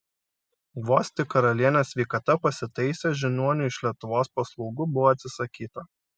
vos tik karalienės sveikata pasitaisė žiniuonių iš lietuvos paslaugų buvo atsisakyta